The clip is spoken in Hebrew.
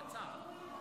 קצר.